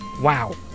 Wow